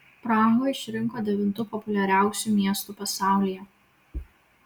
prahą išrinko devintu populiariausiu miestu pasaulyje